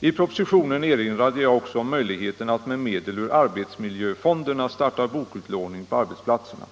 I propositionen erinrade jag också om möjligheten att med medel ur arbetsmiljöfonderna starta bokutlåning på arbetsplatserna.